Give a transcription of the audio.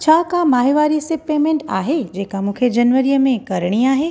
छा का माहिवारी सिप पेमेंट आहे जेका मूंखे जनवरीअ में करिणी आहे